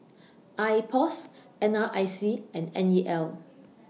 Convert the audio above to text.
Ipos N R I C and N E L